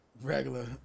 regular